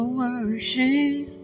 worship